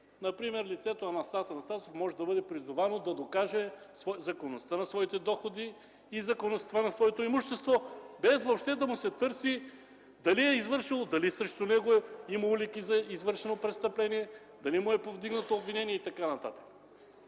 например лицето Анастас Анастасов може да бъде призовано да докаже законността на своите доходи и на своето имущество, без въобще да се търси дали е извършил, дали срещу него има улики за извършено престъпление, дали му е повдигнато обвинение и така нататък.